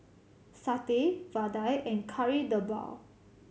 satay vadai and Kari Debal